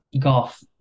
golf